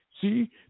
See